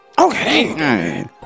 Okay